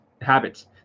habits